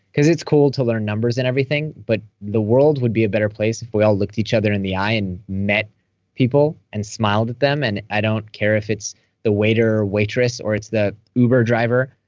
because it's cool to learn numbers and everything, but the world would be a better place if we all looked each other in the eye and met people and smiled at them, and i don't care if it's the waiter or waitress or it's the uber driver.